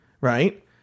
Right